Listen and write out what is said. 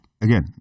again